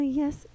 yes